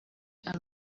ari